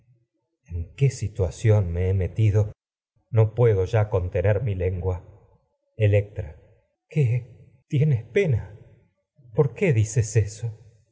en qué situación me he metido no puedo ya contener mi lengua electra qué tienes pena esta por qué dices eso